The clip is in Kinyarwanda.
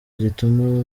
gituma